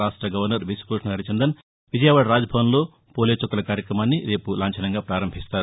రాష్ట్ర గవర్నర్ బిశ్వభూషణ్ హరిచందన్ విజయవాడ రాజ్భవన్లో పోలియో చుక్కల కార్యక్రమాన్ని రేపు ప్రారంభిస్తారు